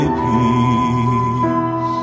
peace